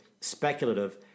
speculative